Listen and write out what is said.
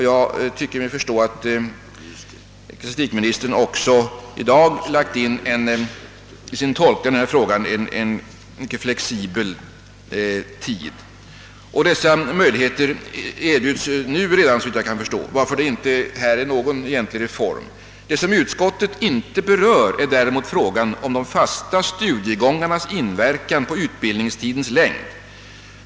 Jag tyckte mig förstå att ecklesiastikministern också vid sin tolkning här i dag räknat med en mycket flexibel tid. Men dessa möjligheter erbjuds, såvitt jag kan förstå, redan nu, varför det inte är fråga om någon egentiig reform. Utskottet berör däremot inte problemet om de fasta studiegångarnas inverkan på utbildningstidens längd.